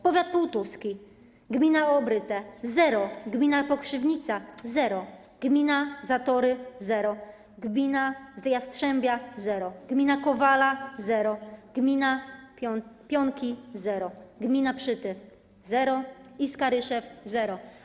Powiat pułtuski, gmina Obryte - zero, gmina Pokrzywnica - zero, gmina Zatory - zero, gmina Jastrzębia - zero, gmina Kowala - zero, gmina Pionki - zero, gmina Przytyk - zero i Skaryszew - zero.